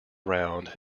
round